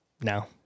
No